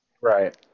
Right